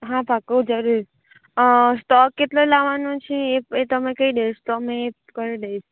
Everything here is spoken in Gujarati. હા પાક્કું જરૂર અં સ્ટોક કેટલો લાવવાનો છે એ તમે કઈ દેશો તો અમે કરી દઇશું